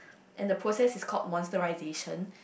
and the process is call monsterization